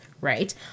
right